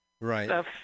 Right